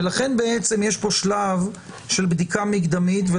ולכן יש פה שלב של בדיקה מקדמית,